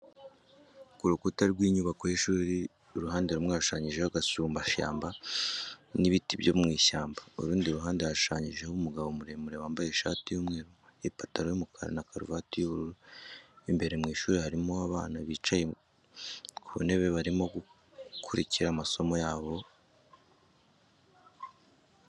Ku rukuta rw'inyubako y'ishuri uruhande rumwe hashushanyijeho gasumbashyamba n'ibiti byo mu ishyamba, urundi ruhande hashushanyijeho umugabo muremure wambaye ishati y'umweru, ipantaro y'umukara na karuvati y'ubururu, imbere mu ishuri harimo abana bicaye ku ntebe barimo gukurikira amasomo yabo,